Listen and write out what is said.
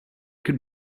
could